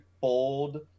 bold